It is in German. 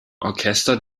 orchester